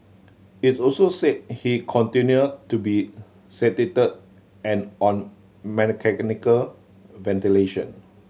is also said he continued to be sedated and on ventilation